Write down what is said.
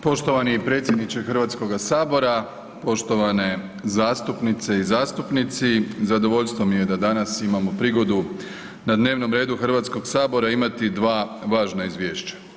Poštovani predsjedniče Hrvatskoga sabora, poštovane zastupnice i zastupnici zadovoljstvo mi je da danas imamo prigodu na dnevnom redu Hrvatskog sabora imati dva važna izvješća.